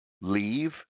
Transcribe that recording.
Leave